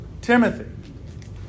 Timothy